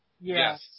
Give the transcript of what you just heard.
Yes